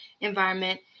environment